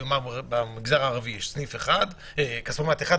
לדוגמה ביישוב במגזר הערבי יש כספומט אחד,